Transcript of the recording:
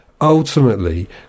ultimately